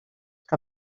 que